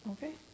Okay